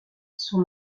son